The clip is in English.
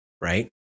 right